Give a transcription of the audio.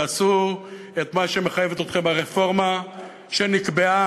תעשו את מה שמחייבת אתכם הרפורמה שנקבעה,